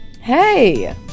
Hey